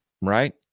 right